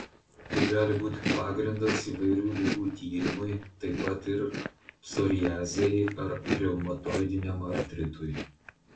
tai gali būti pagrindas įvairių ligų tyrimui taip pat ir psoriazei ar reumatoidiniam artritui